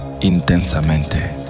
Intensamente